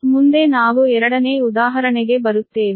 ಮುಂದೆ ನಾವು ಎರಡನೇ ಉದಾಹರಣೆಗೆ ಬರುತ್ತೇವೆ